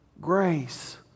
grace